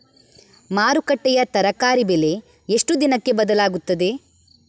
ಮಾರುಕಟ್ಟೆಯ ತರಕಾರಿ ಬೆಲೆ ಎಷ್ಟು ದಿನಕ್ಕೆ ಬದಲಾಗುತ್ತದೆ?